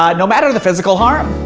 um no matter the physical harm.